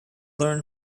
learn